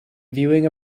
viewing